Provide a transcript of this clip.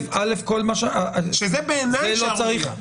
זו בעיניי שערורייה.